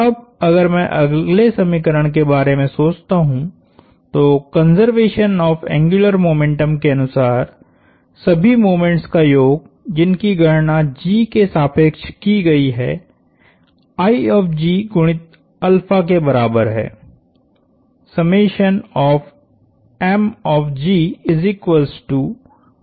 अब अगर मैं अगले समीकरण के बारे में सोचता हूं तो कंज़र्वेशन ऑफ़ एंग्युलर मोमेंटम के अनुसार सभी मोमेंट्स का योग जिनकी गणना G के सापेक्ष की गयी है IG गुणितके बराबर है